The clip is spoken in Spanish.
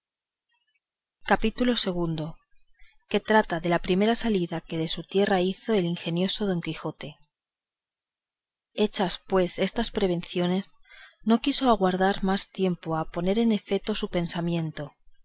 capítulo ii que trata de la primera salida que de su tierra hizo el ingenioso don quijote hechas pues estas prevenciones no quiso aguardar más tiempo a poner en efeto su pensamiento